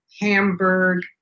Hamburg